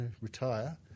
retire